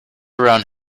around